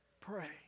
pray